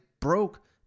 broke